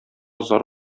зар